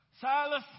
Silas